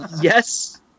Yes